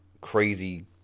crazy